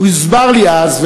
הוסבר לי אז,